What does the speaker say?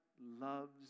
loves